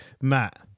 Matt